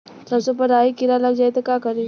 सरसो पर राही किरा लाग जाई त का करी?